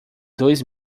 dois